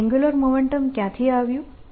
આ angular momentum ક્યાંથી આવ્યુ